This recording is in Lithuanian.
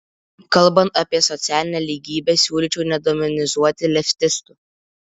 kalbant apie socialinę lygybę siūlyčiau nedemonizuoti leftistų